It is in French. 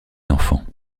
enfants